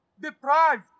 deprived